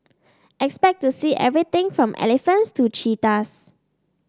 expect to see everything from elephants to cheetahs